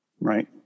right